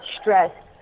stress